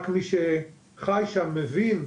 ביטול או עדכון על שינוי בטיסה סמוך למועד ההמראה